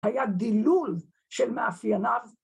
‫היה דילול של מאפייניו.